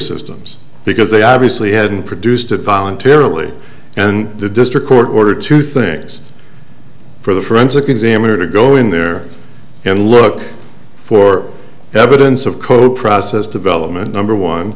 systems because they obviously hadn't produced a voluntarily and the district court ordered two things for the forensic examiner to go in there and look for evidence of co processor development number one